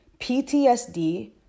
PTSD